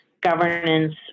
governance